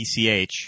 PCH